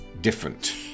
different